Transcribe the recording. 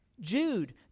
Jude